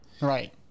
right